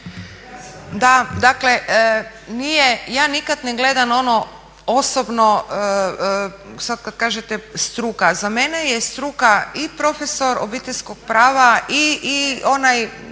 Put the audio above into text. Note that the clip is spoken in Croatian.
Da, dakle nije, ja nikad ne gledam ono osobno sad kad kažete struka. Za mene je struka i profesor Obiteljskog prava i onaj